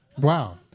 Wow